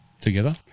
together